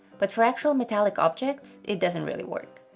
but for actual metallic objects it doesn't really work.